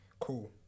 Cool